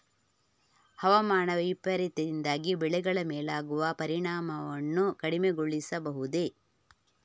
ಹವಾಮಾನ ವೈಪರೀತ್ಯದಿಂದಾಗಿ ಬೆಳೆಗಳ ಮೇಲಾಗುವ ಪರಿಣಾಮವನ್ನು ಕಡಿಮೆಗೊಳಿಸಬಹುದೇ?